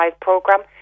program